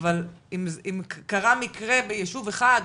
אבל קרה מקרה ביישוב אחד,